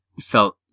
felt